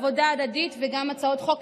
עבודה הדדית וגם הצעות חוק,